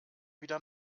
wieder